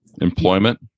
Employment